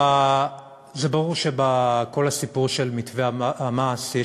זה ברור שבכל הסיפור של מתווה המס יש